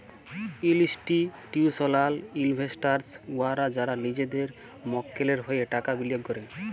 institutional investors উয়ারা যারা লিজেদের মক্কেলের হঁয়ে টাকা বিলিয়গ ক্যরে